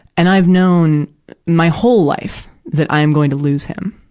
and i've known my whole life that i'm going to lose him,